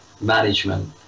management